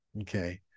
Okay